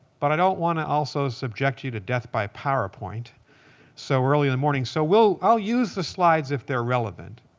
but i don't want to also subject you to death by powerpoint so early in the morning. so i'll use the slides if they're relevant.